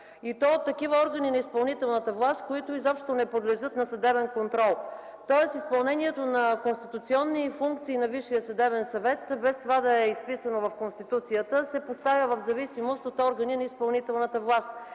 и то от такива органи на изпълнителната власт, които изобщо не подлежат на съдебен контрол. Тоест изпълнението на конституционни функции на Висшия съдебен съвет, без това да е изписано в Конституцията, се поставя в зависимост от органи на изпълнителната власт.